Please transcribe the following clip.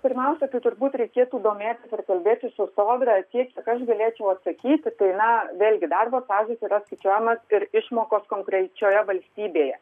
pirmiausia tai turbūt reikėtų domėtis ir kalbėtis su sodra tiek kiek aš galėčiau atsakyti tai na vėlgi darbo stažas yra skaičiuojamas ir išmokos konkrečioje valstybėje